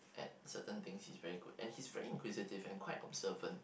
at certain things he's very good and he's very inquisitive and quite observant